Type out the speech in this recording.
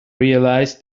realized